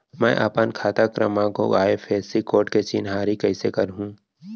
मैं अपन खाता क्रमाँक अऊ आई.एफ.एस.सी कोड के चिन्हारी कइसे करहूँ?